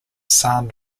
san